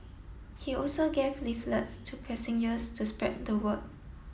he also gave leaflets to passengers to spread the word